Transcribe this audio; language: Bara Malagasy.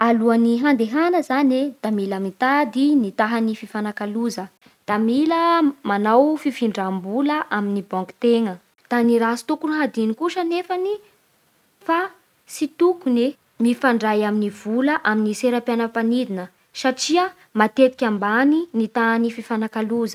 Alohan'ny handehana zany e, da mila mitady ny toera fifanakaloza, da mila manao fifindram-bola amin'ny bankintegna, da ny raha tsy tokony hadino kosa nefany fa tsy tokony e mifandray amin'ny vola amin'ny seram-piara mpanidina satria matetika ambany ny tahan'ny fanakaloa